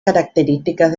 características